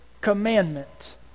commandment